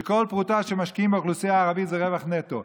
ואמר שכל פרוטה שמשקיעים באוכלוסייה הערבית זה רווח נטו.